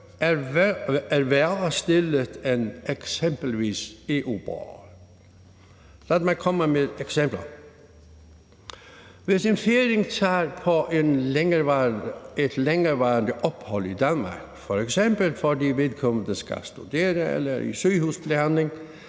er dårligere stillet end eksempelvis EU-borgere. Lad mig komme med nogle eksempler: Hvis en færing tager på et længerevarende ophold i Danmark, f.eks. fordi vedkommende skal studere eller i sygehusbehandling,